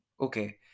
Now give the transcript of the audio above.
okay